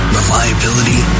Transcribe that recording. reliability